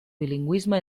bilingüisme